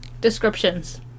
Descriptions